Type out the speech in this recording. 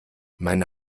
meine